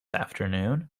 afternoon